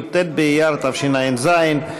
י"ט באייר תשע"ז,